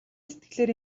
сэтгэлээр